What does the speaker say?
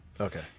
Okay